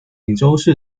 锦州市